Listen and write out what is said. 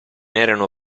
erano